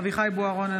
אביחי אברהם בוארון,